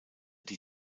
die